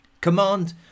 Command